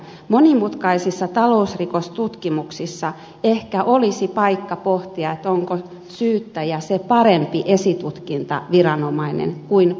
monimutkaisissa talousrikostutkimuksissa ehkä olisi paikka pohtia onko syyttäjä se parempi esitutkintaviranomainen kuin poliisi